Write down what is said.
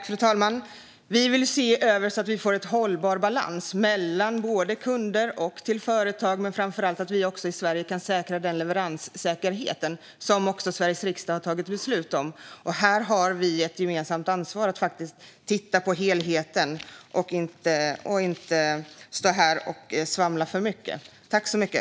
Fru talman! Vi vill se över detta så att vi får en hållbar balans mellan kunder och företag. Framför allt handlar det om att vi i Sverige kan trygga den leveranssäkerhet som Sveriges riksdag har tagit beslut om. Här har vi ett gemensamt ansvar att faktiskt titta på helheten och inte stå och svamla för mycket.